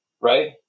right